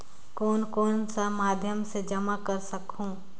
कौन कौन सा माध्यम से जमा कर सखहू?